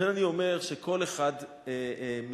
לכן אני אומר שכל אחד מאתנו,